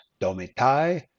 domitai